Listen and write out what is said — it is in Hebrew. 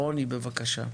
רוני, בבקשה.